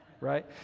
right